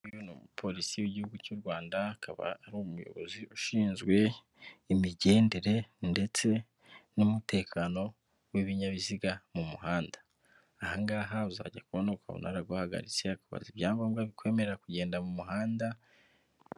Uyu nguyu n'umu Police w'Igihugu cy'u Rwanda akaba ari umuyobozi ushizwe imigendere ndetse n'umutekano w'ibinyabiziga mu muhanda, aha hanga uzajya kubona ukabona araguhagaritse akakubaze ibyangobwa bikwemerera kugenda mu muhanda.